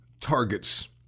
targets